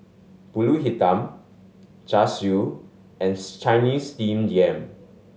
Pulut Hitam Char Siu and Chinese Steamed Yam